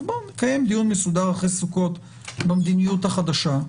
אז בואו נקיים דיון מסודר אחרי סוכות במדיניות החדשה.